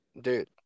Dude